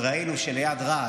וראינו שליד רהט,